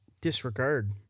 disregard